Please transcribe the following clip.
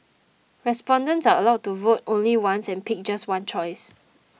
respondents are allowed to vote only once and pick just one choice